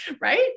right